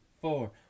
four